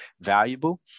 valuable